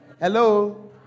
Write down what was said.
Hello